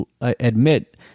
admit